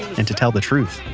and to tell the truth